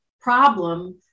problem